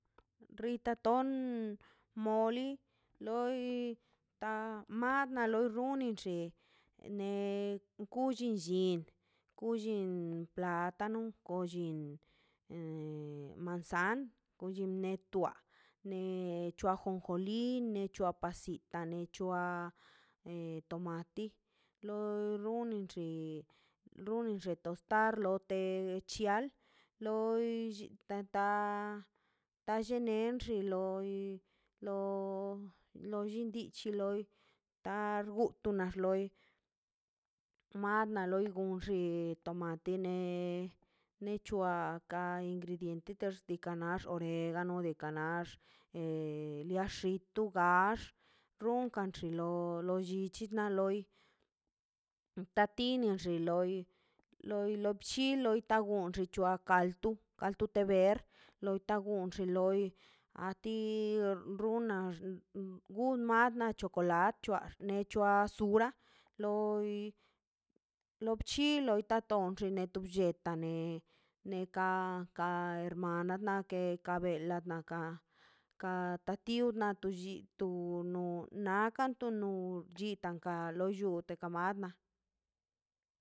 Rita ton moli loi ta mar na loi uninxei ne gullin lle kullen platano kullin manzan kullin metua ne chua jonjoli ne chua pasita nechua tomati lo runinxe xunin xe tostar lo de chial loi lliteta tallenei xi loi lo lo llindiche loi targukne rloi mana na nlliu xi tomate ne nechua k ingrediente kax ixuana te gano teka nax liaxito gax runtian xilo o lo llichi wo loi tatino xi loi loi laplli law wan axi kalto kalto de verd unta gonxi loi a ti runax gun ma achikulat chua ne chua sura loi chi loi tat ton xino tan tetane neka ka hermana nake kabela naka ka ta tiw nolli o no nakan nu chitakan lo llu neta nagan